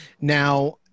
Now